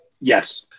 Yes